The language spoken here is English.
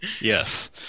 Yes